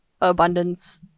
abundance